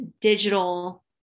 digital